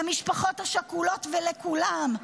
למשפחות השכולות ולכולם,